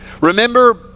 Remember